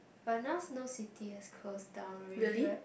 but now Snow City has closed down already right